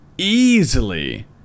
easily